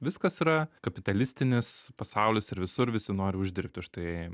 viskas yra kapitalistinis pasaulis ir visur visi nori uždirbti štai